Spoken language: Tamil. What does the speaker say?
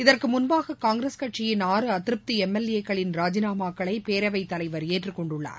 இதற்கு முன்பாக காங்கிரஸ் கட்சியின் ஆறு அதிருப்தி எம் எல் ஏ க்களின் ராஜிநாமாக்களை பேரவைத் தலைவர் ஏற்றுக் கொண்டுள்ளார்